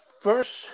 first